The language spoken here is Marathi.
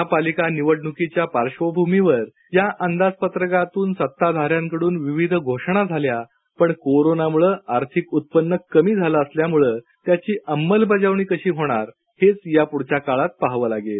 महापालिका निवडणुकीच्या पार्श्वभूमीवर या अंदाजपत्रकातून सत्ताधाऱ्यांकडून विविध घोषणा झाल्या पण कोरोनामुळे आर्थिक उत्पन्न कमी झालं असल्यामुळं त्याची अंमलबजावणी कशी होणार हेच या पुढच्या काळात पाहावं लागेल